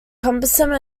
cumbersome